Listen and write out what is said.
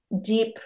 deep